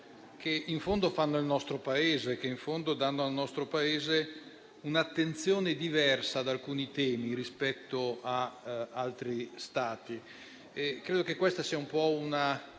che, in fondo, fanno il nostro Paese e che, in fondo, vedono il nostro Paese dare un'attenzione diversa ad alcuni temi rispetto a altri Stati. Credo che questa sia una